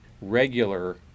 regular